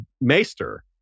maester